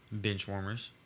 Benchwarmers